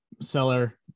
seller